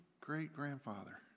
great-grandfather